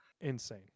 insane